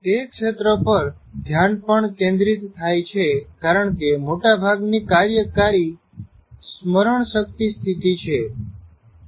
તે ક્ષેત્ર પર ઘ્યાન પણ કેન્દ્રીત થાય છે કારણ કે મોટાભાગની કાર્યકારી સ્મરણ શક્તિ સ્થિત છે આપણે કાર્યકારી સ્મરણ શક્તિને આગળના એકમમાં જોઈશું કારણ કે સ્મરણ શક્તિએ કાર્યકારી સ્મરણ શક્તિ અને લાંબા ગાળાની સ્મરણ શક્તિ ધરાવે છે